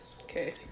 Okay